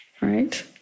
right